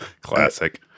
Classic